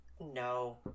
No